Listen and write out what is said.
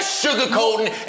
sugarcoating